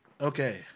Okay